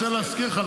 להזכיר לך,